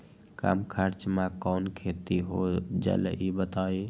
कम खर्च म कौन खेती हो जलई बताई?